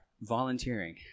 volunteering